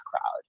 crowd